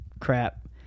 crap